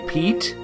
Pete